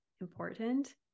important